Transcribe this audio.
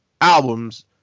albums